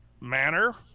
manner